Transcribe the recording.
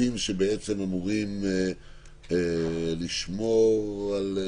הגופים שאמורים לשמור על